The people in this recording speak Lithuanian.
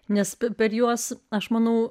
nes per juos aš manau